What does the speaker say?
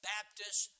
Baptist